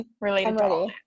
Related